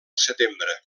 setembre